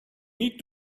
need